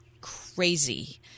crazy